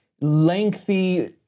lengthy